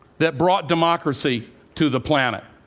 that brought democracy to the planet.